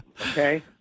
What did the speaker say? okay